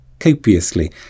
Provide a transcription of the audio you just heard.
copiously